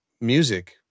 music